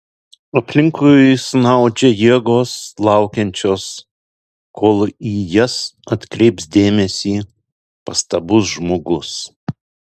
aplinkui snaudžia jėgos laukiančios kol į jas atkreips dėmesį pastabus žmogus